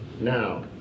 Now